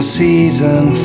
season